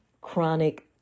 chronic